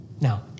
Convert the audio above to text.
Now